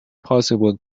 possible